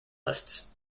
lists